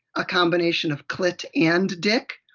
a combination of clit and dick.